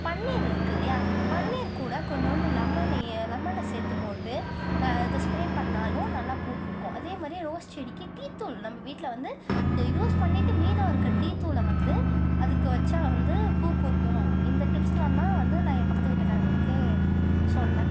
பன்னீர் இருக்குது இல்லையா பன்னீர் கூட கொஞ்சோண்டு லெமன் லெமனை சேர்த்து போட்டு அதை ஸ்ப்ரே பண்ணாலும் நல்லா பூப்பூக்கும் அதே மாதிரியே ரோஸ் செடிக்கு டீ தூள் நம்ம வீட்டில் வந்து யூஸ் பண்ணிட்டு மீதம் இருக்கிற டீ தூளை வந்து அதுக்கு வச்சால் வந்து பூப்பூக்கும் இந்த டிப்ஸ்லாம் தான் வந்து நான் என் பக்கத்து வீட்டுக்காரங்களுக்கு சொன்னேன்